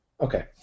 Okay